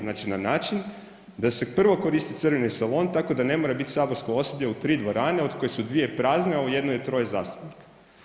Znači, na način da se prvo koristi crveni salon tako da ne mora bit saborsko osoblje u 3 dvorane od kojih su 2 prazne, a u jednoj je troje zastupnika.